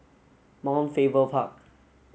Mount Faber Park